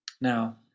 Now